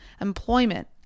employment